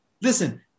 Listen